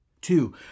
Two